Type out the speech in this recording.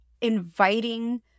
inviting